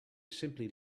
simply